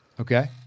Okay